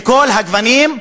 מכל הגוונים,